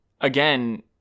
again